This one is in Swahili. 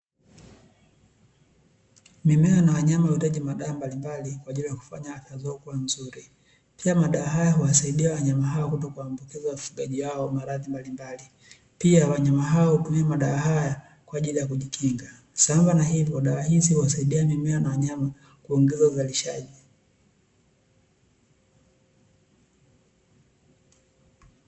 Mimea na wanyama huhitaji madawa mbalimbali kwa ajili ya kufanya afya zao kua nzuri, pia madawa haya huwasaidia wanyama hawa kutokuwaambukiza wafugaji hawa maradhi mbalimbali, pia wanyama hawa hutumia madawa hayo kwa ajili ya kujikinga sambamba na hivyo dawa hizo huwasaidia wanyama na mimea kuongeza uzalishaji.